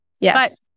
Yes